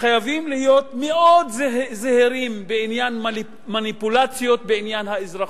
חייבים להיות מאוד זהירים בעניין מניפולציות בעניין האזרחות.